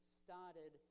started